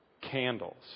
candles